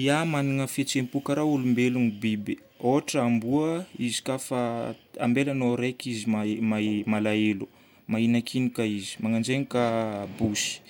Ia. Magnana fihetseham-po karaha olombelo ny biby. Ôhatra amboa. Izy koafa, ambelanao raiky izy, mahi- mahi- malahelo. Mahinankinoka izy. Mananjenoka bosy.